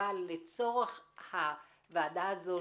אבל לצורך הוועדה הזו,